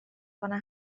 کنه